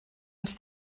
ens